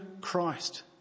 Christ